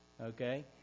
Okay